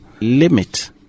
limit